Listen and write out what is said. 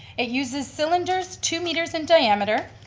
it uses cylinders two meters in diameter.